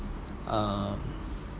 uh